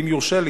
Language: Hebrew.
אם יורשה לי,